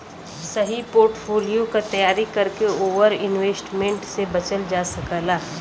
सही पोर्टफोलियो क तैयारी करके ओवर इन्वेस्टमेंट से बचल जा सकला